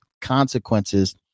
consequences